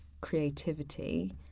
creativity